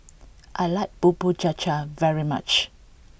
I like Bubur Cha Cha very much